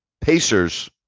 Pacers